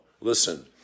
Listen